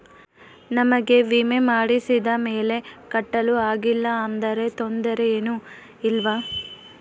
ನಮಗೆ ವಿಮೆ ಮಾಡಿಸಿದ ಮೇಲೆ ಕಟ್ಟಲು ಆಗಿಲ್ಲ ಆದರೆ ತೊಂದರೆ ಏನು ಇಲ್ಲವಾ?